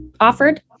offered